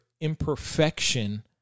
imperfection